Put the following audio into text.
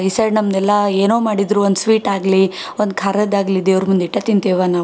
ಈ ಸೈಡ್ ನಮ್ದೆಲ್ಲ ಏನೋ ಮಾಡಿದರು ಒಂದು ಸ್ವೀಟ್ ಆಗಲಿ ಒಂದು ಖಾರದ್ದಾಗಲಿ ದೇವ್ರ ಮುಂದೆ ಇಟ್ಟು ತಿಂತೇವೆ ನಾವು